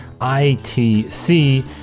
ITC